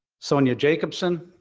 sonia jacobson,